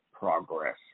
progress